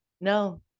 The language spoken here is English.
No